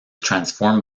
transformed